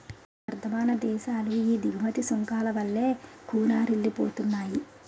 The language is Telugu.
వర్థమాన దేశాలు ఈ దిగుమతి సుంకాల వల్లే కూనారిల్లిపోతున్నాయి